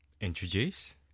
introduce